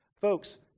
Folks